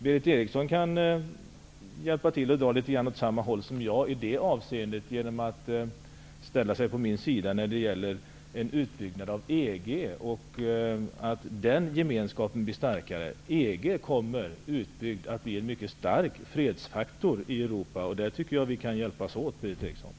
I det avseendet skulle Berith Eriksson kunna hjälpa till och dra åt samma håll genom att ställa sig på min sida när det gäller en utbyggnad av EG och en starkare EG gemenskap. EG kommer att bli en mycket stark fredsfaktor vid en utbyggnad. På den punkten tycker jag, Berith Eriksson, att vi kan hjälpas åt.